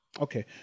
okay